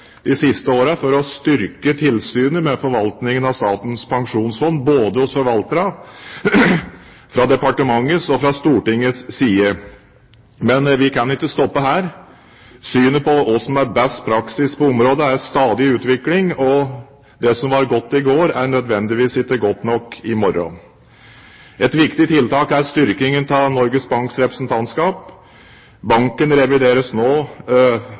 de siste årene for å styrke tilsynet med forvaltningen av Statens pensjonsfond både hos forvalterne, fra departementets og fra Stortingets side. Men vi kan ikke stoppe her. Synet på hva som er best praksis på området, er stadig i utvikling, og det som var godt i går, er nødvendigvis ikke godt nok i morgen. Et viktig tiltak er styrkingen av Norges Banks representantskap. Banken revideres nå